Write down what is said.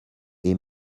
est